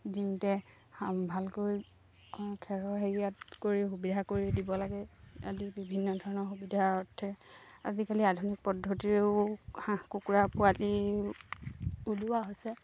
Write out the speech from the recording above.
দিওঁতে ভালকৈ খেৰৰ হেৰিয়াত কৰি সুবিধা কৰি দিব লাগে আদি বিভিন্ন ধৰণৰ সুবিধাৰ অৰ্থে আজিকালি আধুনিক পদ্ধতিৰেও হাঁহ কুকুৰা পোৱাত উলিওৱা হৈছে